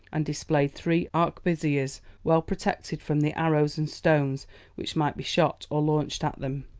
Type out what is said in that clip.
and displayed three arquebusiers well protected from the arrows and stones which might be shot or launched at them.